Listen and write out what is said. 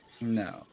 No